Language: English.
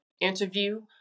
interview